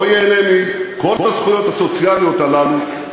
לא ייהנה מכל הזכויות הסוציאליות הללו.